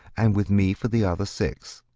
and with me for the other six.